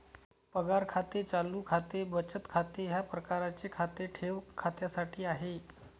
पगार खाते चालू खाते बचत खाते या प्रकारचे खाते ठेव खात्यासाठी आहे